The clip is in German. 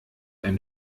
ein